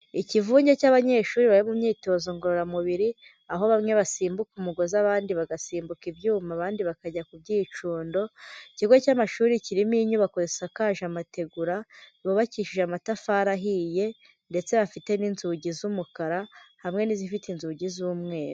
Ikivunge cy'abanyeshuri bari mu myitozo ngororamubiri aho bamwe basimbuka umugozi, abandi bagasimbuka ibyuma, abandi bakajya ku byicundo, ikigo cy'amashuri kirimo inyubako zisakaje amategura bubakishije amatafari ahiye ndetse bafite n'inzugi z'umukara hamwe n'izifite inzugi z'umweru.